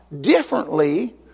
differently